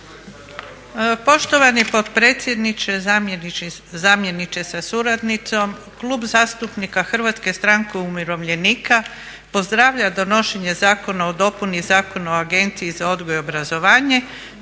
Poštovani potpredsjedniče, zamjeniče sa suradnicom Klub zastupnika Hrvatske stranke umirovljenika pozdravlja donošenje Zakona o dopuni Zakona o agenciji za odgoj i obrazovanje,